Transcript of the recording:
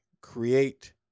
Create